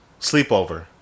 sleepover